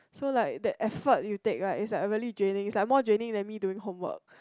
so like that effort you take right is like a really draining is like more draining than me doing homework